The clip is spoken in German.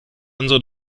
unsere